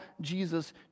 Jesus